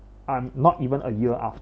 um not even a year